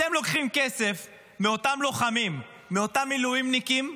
אתם לוקחים כסף מאותם לוחמים, מאותם מילואימניקים,